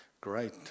Great